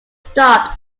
stopped